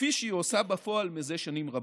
כפי שהיא עושה בפועל זה שנים רבות.